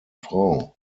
frau